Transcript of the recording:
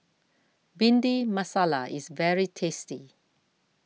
Bhindi Masala is very tasty